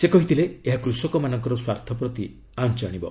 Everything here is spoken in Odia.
ସେ କହିଥିଲେ ଏହା କୁଷକମାନଙ୍କ ସ୍ୱାର୍ଥ ପ୍ରତି ଆଞ୍ଚ ଆଣିବ